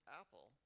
apple